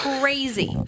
Crazy